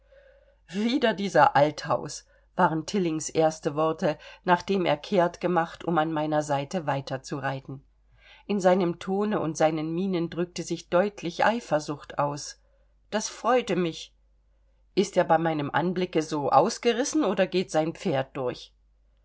wieder dieser althaus waren tillings erste worte nachdem er kehrt gemacht um an meiner seite weiterzureiten in seinem tone und seinen mienen drückte sich deutlich eifersucht aus das freute mich ist er bei meinem anblicke so ausgerissen oder geht sein pferd durch